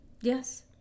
Yes